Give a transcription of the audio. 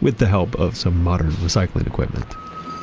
with the help of some modern recycling equipment